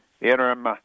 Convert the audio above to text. interim